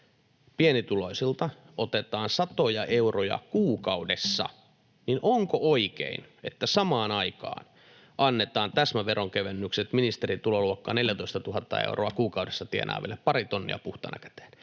pienituloisilta otetaan satoja euroja kuukaudessa, niin onko oikein, että samaan aikaan annetaan täsmäveronkevennykset ministerin tuloluokkaan, 14 000 euroa kuukaudessa tienaaville pari tonnia puhtaana käteen?